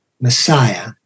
Messiah